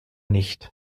nicht